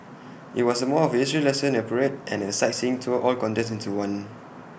IT was more of A history lesson A parade and A sightseeing tour all condensed into one